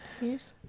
Yes